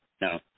No